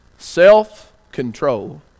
Self-control